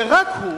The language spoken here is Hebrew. ורק הוא,